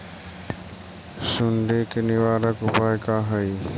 सुंडी के निवारक उपाय का हई?